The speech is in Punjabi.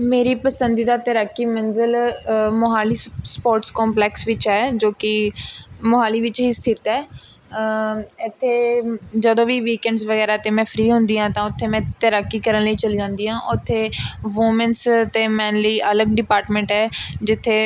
ਮੇਰੀ ਪਸੰਦੀਦਾ ਤੈਰਾਕੀ ਮੰਜ਼ਿਲ ਮੋਹਾਲੀ ਸ ਸਪੋਟਸ ਕੰਪਲੈਕਸ ਵਿੱਚ ਹੈ ਜੋ ਕਿ ਮੋਹਾਲੀ ਵਿੱਚ ਹੀ ਸਥਿਤ ਹੈ ਇੱਥੇ ਜਦੋਂ ਵੀ ਵੀਕਐਂਡਜ਼ ਵਗੈਰਾ 'ਤੇ ਮੈਂ ਫਰੀ ਹੁੰਦੀ ਹਾਂ ਤਾਂ ਉੱਥੇ ਮੈਂ ਤੈਰਾਕੀ ਕਰਨ ਲਈ ਚਲੀ ਜਾਂਦੀ ਹਾਂ ਉੱਥੇ ਵੁਮੈਨਜ਼ ਅਤੇ ਮੈਨ ਲਈ ਅਲੱਗ ਡਿਪਾਰਟਮੈਂਟ ਹੈ ਜਿੱਥੇ